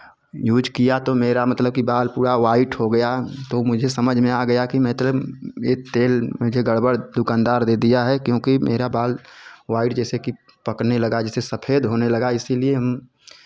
use किया तो मेरा मतलब कि बाल पूरा वाइट हो गया तो मुझे समझ में आ गया कि मतलब ये तेल मुझे गड़बड़ दुकानदार दे दिया है क्योंकि मेरा बाल वाइट जैसे कि पकने लगा जैसे सफ़ेद होने लगा इसीलिए हम